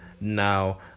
now